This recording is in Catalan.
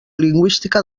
lingüística